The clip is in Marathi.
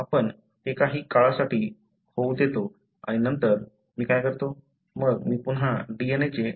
आपण ते काही काळासाठी होऊ देतो आणि नंतर मी काय करतो मग मी पुन्हा DNA चे डिनेचर करतो